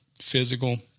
physical